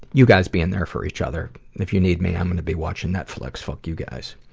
you guys being there for each other and if you need me i'm going to be watching netflix. fuck you guys.